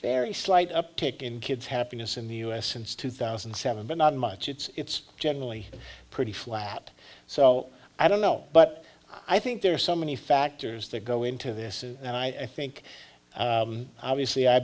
very slight uptick in kids happiness in the u s since two thousand and seven but not much it's generally pretty flat so i don't know but i think there are so many factors that go into this and i think obviously i